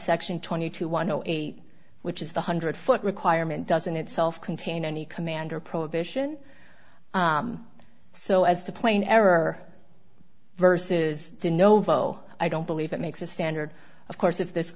section twenty two one zero eight which is the hundred foot requirement doesn't itself contain any commander prohibition so as the plane ever verses to novo i don't believe it makes a standard of course if this